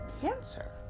cancer